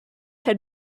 had